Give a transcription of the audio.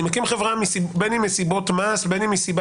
אני מקים חברה בין אם מסיבות מס בין אם מסיבה